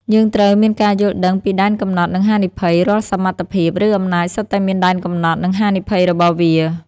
យើងត្រូវមានការយល់ដឹងពីដែនកំណត់ និងហានិភ័យ រាល់សមត្ថភាព ឬអំណាចសុទ្ធតែមានដែនកំណត់ និងហានិភ័យរបស់វា។